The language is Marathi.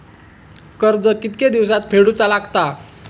कर्ज कितके दिवसात फेडूचा लागता?